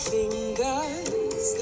fingers